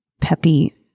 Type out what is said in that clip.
peppy